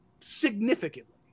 Significantly